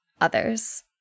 others